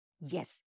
Yes